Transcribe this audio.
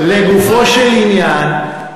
לגופו של עניין,